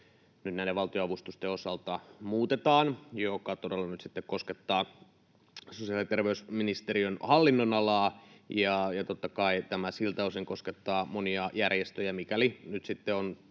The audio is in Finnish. nyt näiden valtionavustusten osalta muutetaan, mikä todella nyt sitten koskettaa sosiaali- ja terveysministeriön hallinnonalaa, ja totta kai tämä siltä osin koskettaa monia järjestöjä, mikäli nyt sitten on